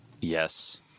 Yes